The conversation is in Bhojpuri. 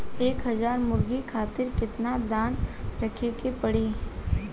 एक हज़ार मुर्गी खातिर केतना दाना रखे के पड़ी?